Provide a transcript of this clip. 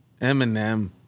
Eminem